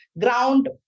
ground